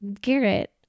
Garrett